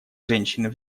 женщин